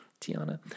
Tiana